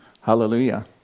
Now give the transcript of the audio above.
Hallelujah